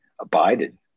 abided